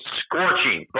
scorching